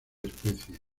especie